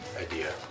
Idea